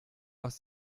aus